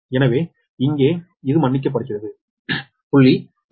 எனவே இங்கே இது மன்னிக்கப்படுகிறது 0